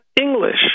English